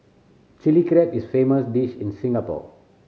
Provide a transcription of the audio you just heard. Chilli Crab is famous dish in Singapore